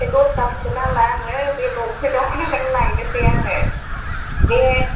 बे दस्राफोरखौ नांला आंनो बे ल'फाइ दखनाखौनो लायनोसै आङो बे